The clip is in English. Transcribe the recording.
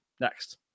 next